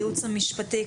הייעוץ המשפטי,